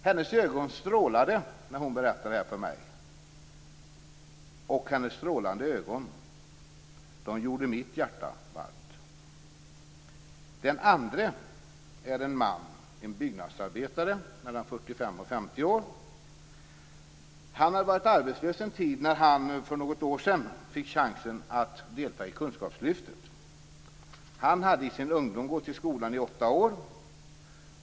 Hennes ögon strålade när hon berättade detta för mig, och hennes strålande ögon gjorde mitt hjärta varmt. Den andre är en man, en byggnadsarbetare, mellan 45 och 50 år. Han hade varit arbetslös en tid när han för något år sedan fick chansen att delta i kunskapslyftet. Han hade i sin ungdom gått i skolan i åtta år.